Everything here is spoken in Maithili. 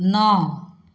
नओ